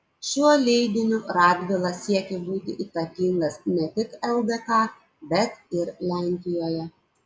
šiuo leidiniu radvila siekė būti įtakingas ne tik ldk bet ir lenkijoje